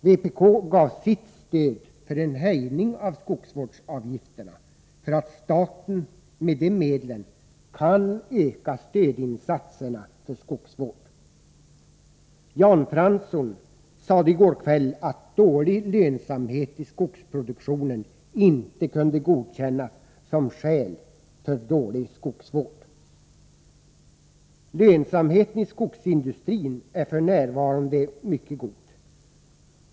Vpk gav sitt stöd för en höjning av skogsvårdsavgifterna för att staten med de medlen skulle kunna öka stödinsatserna för skogsvård. Jan Fransson sade i går kväll att dålig lönsamhet i skogsproduktionen inte kunde godkännas som skäl för dålig skogsvård. Lönsamheten i skogsindustrin är f. n. mycket god.